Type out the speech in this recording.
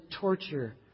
torture